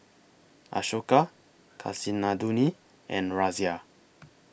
Ashoka Kasinadhuni and Razia